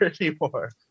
anymore